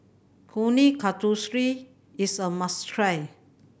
Kuih Kasturi is a must try